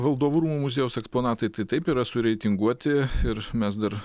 valdovų rūmų muziejaus eksponatai tai taip yra su reitinguoti ir mes dar